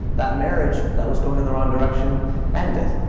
that marriage that was going in the wrong direction ended.